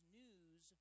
news